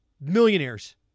millionaires